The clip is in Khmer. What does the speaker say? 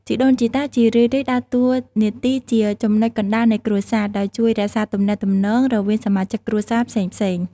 ជីដូនជីតាជារឿយៗដើរតួនាទីជាចំណុចកណ្តាលនៃគ្រួសារ ដោយជួយរក្សាទំនាក់ទំនងរវាងសមាជិកគ្រួសារផ្សេងៗ។